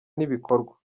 n’ibikorwa